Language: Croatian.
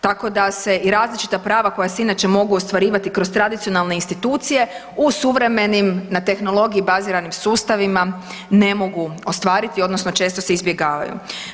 Tako da se i različita prava koja se inače mogu ostvarivati kroz tradicionalne institucije u suvremenim na tehnologiji baziranim sustavima ne mogu ostvariti odnosno se često izbjegavaju.